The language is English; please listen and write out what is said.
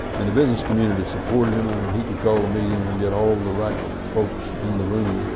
and the business community supported him. i mean he could call a meeting and get all the right folks in the room,